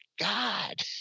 God